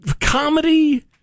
Comedy